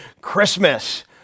Christmas